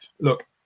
look